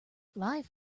live